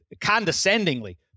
condescendingly